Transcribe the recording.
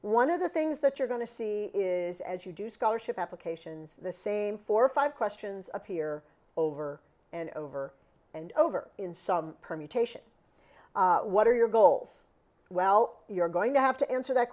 one of the things that you're going to see is as you do scholarship applications the same four or five questions appear over and over and over in some permutation what are your goals well you're going to have to answer that